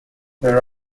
there